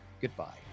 Goodbye